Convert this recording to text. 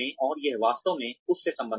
और यह वास्तव में उस से संबंधित है